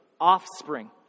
offspring